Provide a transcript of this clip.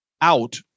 out